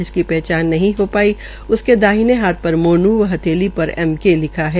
जिसकी पहचान नहीं हो पाई है उसके दाहिने हाथ पर मोनू व हथेली पर एक एम के लिखा है